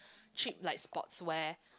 cheap like sportwears